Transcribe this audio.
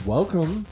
Welcome